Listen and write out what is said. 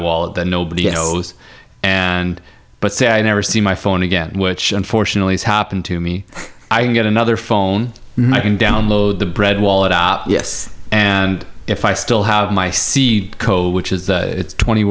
wallet that nobody knows and but say i never see my phone again which unfortunately has happened to me i can get another phone can download the bread wallet up yes and if i still have my c code which is twenty